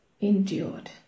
endured